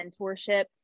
mentorship